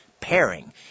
pairing